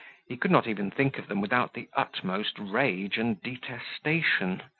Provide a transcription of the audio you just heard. he could not even think of them without the utmost rage and detestation.